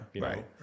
right